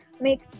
make